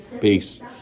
Peace